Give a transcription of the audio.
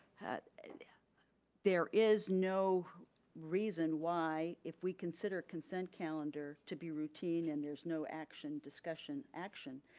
and yeah there is no reason why if we consider consent calendar to be routine and there's no action discussion action,